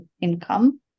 income